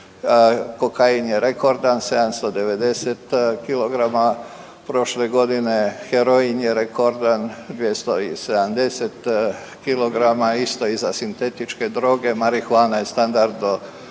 kokain je rekordan 790 kg prošle godine, heroin je rekordan 270 kg isto i za sintetičke droge, marihuana je standard